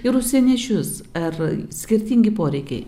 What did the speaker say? ir užsieniečius ar skirtingi poreikiai